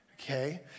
okay